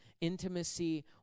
intimacy